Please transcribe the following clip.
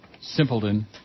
Simpleton